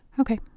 Okay